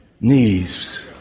knees